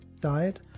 diet